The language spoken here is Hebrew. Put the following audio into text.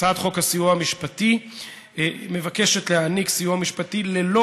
הצעת חוק הסיוע המשפטי מבקשת להעניק סיוע משפטי ללא